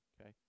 okay